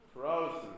frozen